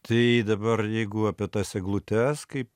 tai dabar jeigu apie tas eglutes kaip